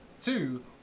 Two